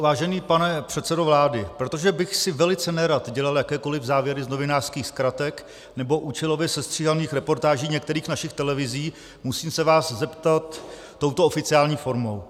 Vážený pane předsedo vlády, protože bych si velice nerad dělal jakékoliv závěry z novinářských zkratek nebo účelově sestříhaných reportáží některých našich televizí, musím se vás zeptat touto oficiální formou.